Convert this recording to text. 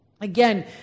Again